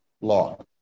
law